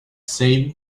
same